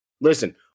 Listen